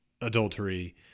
adultery